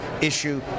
issue